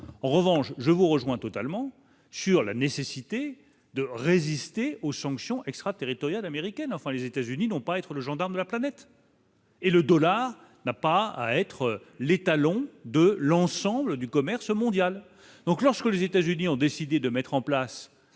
en revanche, je vous rejoins totalement sur la nécessité de résister aux sanctions extraterritoriales américaines, enfin, les États-Unis n'ont pas à être le gendarme de la planète. Et le dollar n'a pas à être l'étalon de l'ensemble du commerce mondial, donc lorsque les États-Unis ont décidé de mettre en place